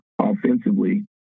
offensively